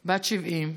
בת 70,